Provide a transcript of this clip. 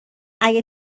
اگه